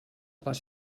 les